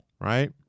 right